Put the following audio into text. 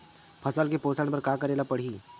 फसल के पोषण बर का करेला पढ़ही?